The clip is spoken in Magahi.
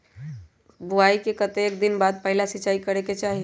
बोआई के कतेक दिन बाद पहिला सिंचाई करे के चाही?